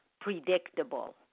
predictable